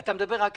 אתה מדבר רק איתי,